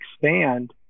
expand